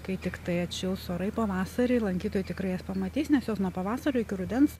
kai tiktai atšils orai pavasarį lankytojai tikrai jas pamatys nes jos nuo pavasario iki rudens